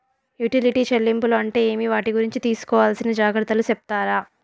Utility చెల్లింపులు అంటే ఏమి? వాటి గురించి తీసుకోవాల్సిన జాగ్రత్తలు సెప్తారా?